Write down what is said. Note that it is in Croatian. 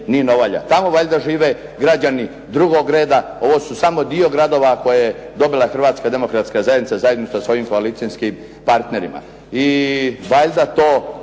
Tamo valjda žive građani drugog reda, ovo su samo dio gradova koje je dobila Hrvatska demokratska zajednica, zajednica s ovim koalicijskim partnerima